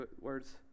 words